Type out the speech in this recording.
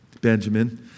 Benjamin